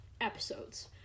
episodes